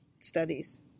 studies